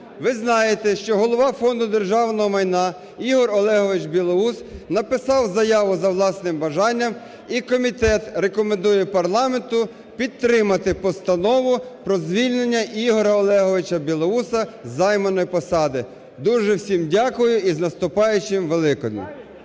Ви знаєте, що Голова Фонду державного майна Ігор Олегович Білоус написав заяву за власним бажанням. І комітет рекомендує парламенту підтримати постанову про звільнення Ігоря Олеговича Білоуса з займаної посади. Дуже всім дякую і з наступаючим Великоднем.